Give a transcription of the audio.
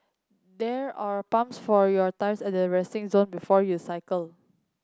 there are pumps for your tyres at the resting zone before you cycle